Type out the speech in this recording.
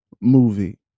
movie